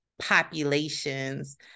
populations